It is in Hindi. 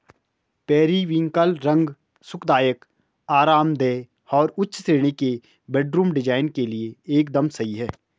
पेरिविंकल रंग सुखदायक, आरामदेह और उच्च श्रेणी के बेडरूम डिजाइन के लिए एकदम सही है